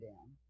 down